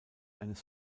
eines